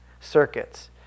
circuits